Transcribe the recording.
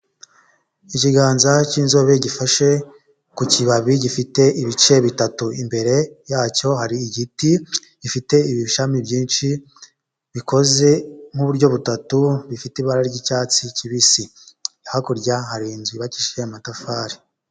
Ikiganza cy'inzobe gifashe ku kibabi gifite ibice bitatu, imbere yacyo hari igiti gifite ibishami byinshi, bikoze nk'uburyo butatu, bifite ibara ry'icyatsi kibisi, hakurya hari inzu yubakishije amatafari.